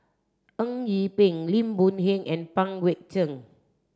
Eng Yee Peng Lim Boon Heng and Pang Guek Cheng